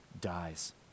dies